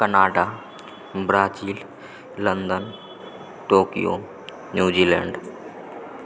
Canada Brazil London Tokyo New Zealand